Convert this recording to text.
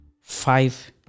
five